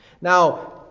now